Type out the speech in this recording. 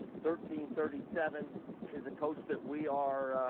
thirty thirty seven is a coach that we are,